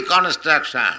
construction